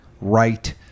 right